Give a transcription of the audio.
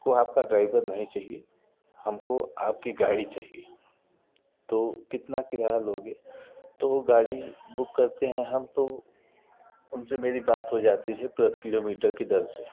को आपका ड्रायभर नहीं चाहिए हमको आपकी गाड़ी चाहिए तो कितना किराया लोगे तो गाड़ी बूक करते हैं हम तो उनसे मेरी बात हो जाती है पर किलोमीटर के दर से